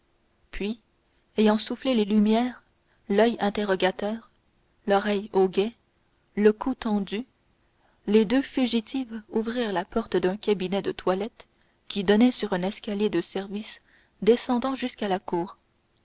puis ayant soufflé leurs lumières l'oeil interrogateur l'oreille au guet le cou tendu les deux fugitives ouvrirent la porte d'un cabinet de toilette qui donnait sur un escalier de service descendant jusqu'à la cour